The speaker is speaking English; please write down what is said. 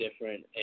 different